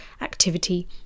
activity